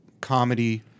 comedy